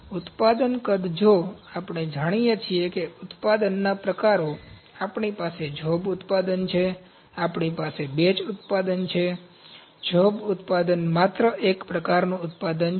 ઉત્પાદન કદ જો આપણે જાણીએ છીએ કે ઉત્પાદનના પ્રકારો આપણી પાસે જોબ ઉત્પાદન છે આપણી પાસે બેચ ઉત્પાદન છે જોબ ઉત્પાદન માત્ર એક પ્રકારનું ઉત્પાદન છે